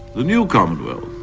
the new commonwealth,